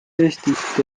eestist